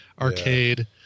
arcade